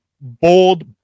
bold